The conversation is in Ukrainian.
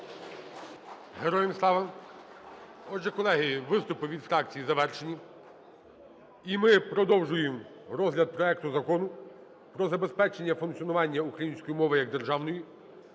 Героям слава! Отже, колеги, виступи від фракцій завершені. І ми продовжуємо розгляд проекту Закону про забезпечення функціонування української мови як державної.